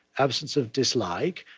absence of dislike,